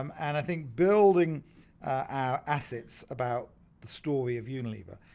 um and i think building our assets about the story of unilever,